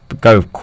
go